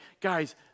guys